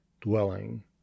dwelling